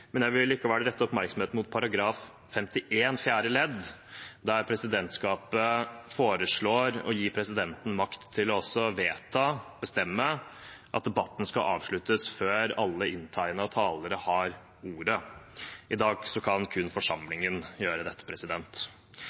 men jeg vil likevel rette oppmerksomheten mot § 51 fjerde ledd, der presidentskapet foreslår å gi presidenten makt til også å vedta – bestemme – at debatten skal avsluttes før alle inntegnede talere har hatt ordet. I dag kan kun forsamlingen gjøre dette.